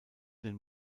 den